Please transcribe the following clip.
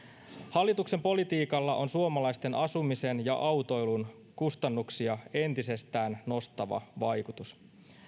hallituksen politiikalla on suomalaisten asumisen ja autoilun kustannuksia entisestään nostava vaikutus